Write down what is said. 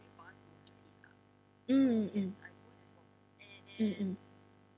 mm mm mm mm mm